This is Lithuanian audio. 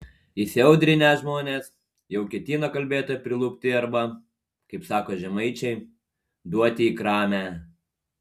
įsiaudrinę žmonės jau ketino kalbėtoją prilupti arba kaip sako žemaičiai duoti į kramę